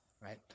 right